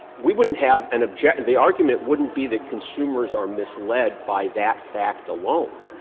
we wouldn't have an objection the argument wouldn't be that consumers are misled by that fact alone.